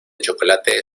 chocolate